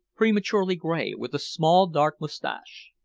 prematurely gray, with a small dark mustache.